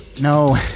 No